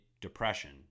depression